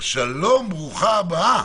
שלום, ברוכה הבאה.